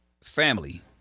family